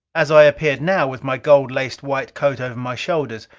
as i appeared now, with my gold laced white coat over my shoulders,